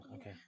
okay